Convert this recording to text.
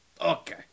Okay